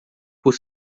por